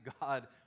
God